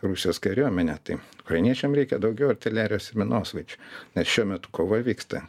rusijos kariuomenė tai ukrainiečiam reikia daugiau artilerijos ir minosvaidžių nes šiuo metu kova vyksta